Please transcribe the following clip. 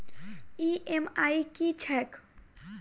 EMI की छैक?